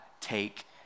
take